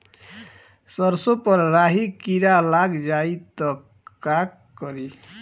सरसो पर राही किरा लाग जाई त का करी?